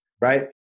right